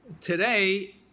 Today